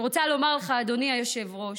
אני רוצה לומר לך, אדוני היושב-ראש,